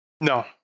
No